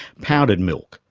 powdered milk,